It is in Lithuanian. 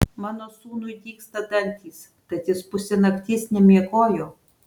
mano sūnui dygsta dantys tad jis pusę nakties nemiegojo